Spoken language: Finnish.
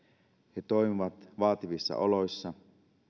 he toimivat vaativissa oloissa